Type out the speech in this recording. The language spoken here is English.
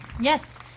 Yes